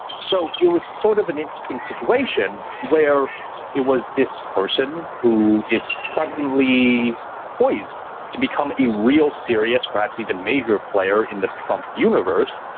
so it was sort of an interesting situation where it was this person who is suddenly poised to become a real serious, perhaps even major player in the trump universe,